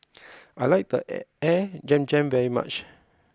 I like the Air Zam Zam very much